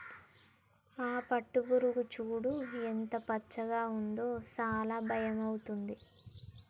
ఆ పట్టుపురుగు చూడు ఎంత పచ్చగా ఉందో చాలా భయమైతుంది